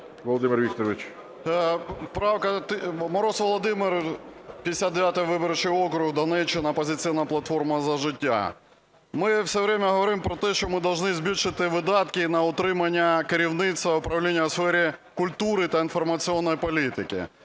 МОРОЗ В.В. Мороз Володимир, 59 виборчий округ, Донеччина, "Опозиційна платформа - За життя". Ми весь час говоримо про те, що ми повинні збільшити видатки на утримання керівництва управління у сфери культури та інформаційної політики.